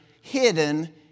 hidden